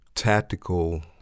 tactical